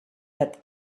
that